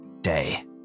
day